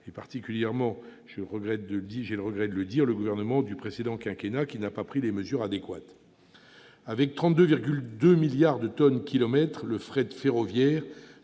et particulièrement- je regrette de devoir le dire -les gouvernements du précédent quinquennat, qui n'ont pas pris les mesures adéquates. Avec 32,2 milliards de tonnes-kilomètres, le fret ferroviaire